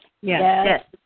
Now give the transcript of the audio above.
Yes